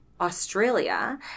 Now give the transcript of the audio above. Australia